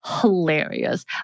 hilarious